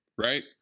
right